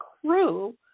crew